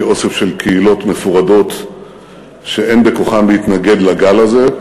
אוסף של קהילות מפורדות שאין בכוחן להתנגד לגל הזה,